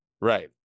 Right